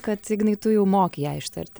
kad ignai tu jau moki ją ištarti